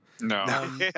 No